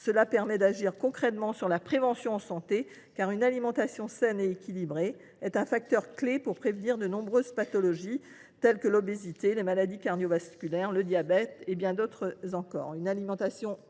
Cela permettrait d’agir concrètement sur la prévention en santé, car une alimentation saine et équilibrée est un facteur clé pour prévenir de nombreuses pathologies, telles que l’obésité, les maladies cardiovasculaires, le diabète et bien d’autres encore.